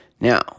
Now